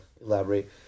elaborate